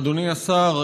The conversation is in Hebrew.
אדוני השר,